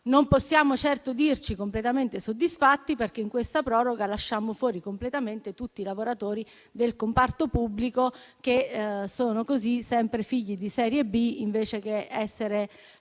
Non possiamo certo dirci completamente soddisfatti, perché in questa proroga lasciamo fuori completamente tutti i lavoratori del comparto pubblico, che sono così sempre figli di serie B, invece che essere